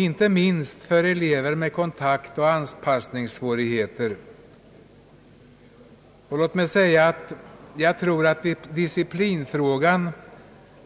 Detta gäller inte minst elever med kontaktoch anpassningssvårigheter. Disciplinfrågan